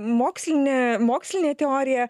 mokslinė mokslinė teorija